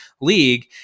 league